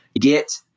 get